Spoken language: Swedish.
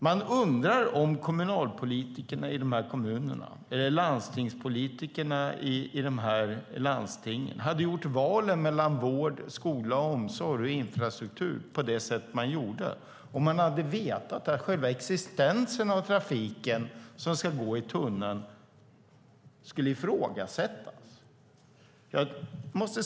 Jag undrar om kommunal och landstingspolitikerna i dessa kommuner och landsting hade gjort valet mellan vård, skola och omsorg och infrastruktur på det sätt de gjorde om de hade vetat att själva existensen av trafiken som ska gå i tunneln skulle ifrågasättas.